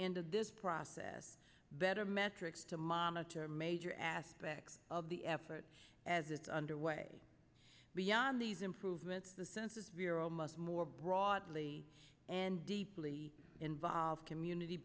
end of this process better metrics to monitor major aspects of the effort as it's under way beyond these improvements the census bureau must more broadly and deeply involved community